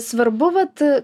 svarbu vat